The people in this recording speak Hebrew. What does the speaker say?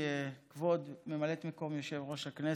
כבוד ממלאת מקום יושב-ראש הכנסת,